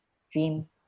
Stream